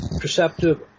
perceptive